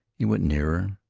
he went nearer,